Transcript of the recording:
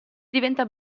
diventa